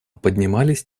поднимались